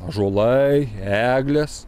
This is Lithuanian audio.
ąžuolai eglės